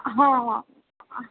हँ हँ